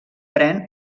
pren